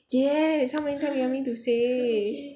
yes how many time you want me to say